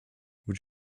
would